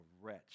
wretch